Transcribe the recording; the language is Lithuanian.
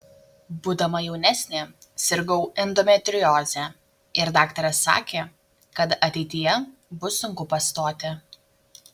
būdama jaunesnė sirgau endometrioze ir daktaras sakė kad ateityje bus sunku pastoti